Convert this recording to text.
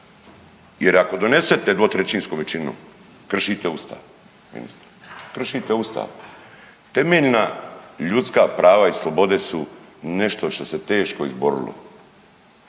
jer ako donesete dvotrećinskom većinom kršite Ustav, ministre, kršite Ustav. Temeljna ljudska prava i slobode su nešto što se teško izborilo